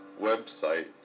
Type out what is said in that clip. website